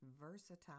versatile